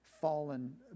fallen